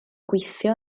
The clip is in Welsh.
gweithio